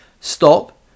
Stop